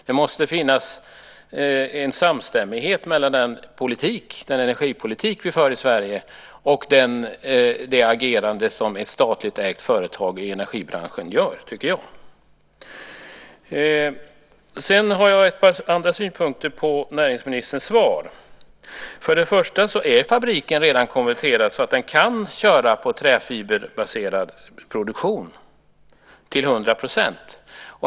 Det måste finnas en samstämmighet mellan den energipolitik vi för i Sverige och det agerande som ett statligt ägt företag i energibranschen har. Det tycker jag. Sedan har jag ett par andra synpunkter på näringsministerns svar. För det första är fabriken redan konverterad så att den kan användas till träfiberbaserad produktion till 100 %.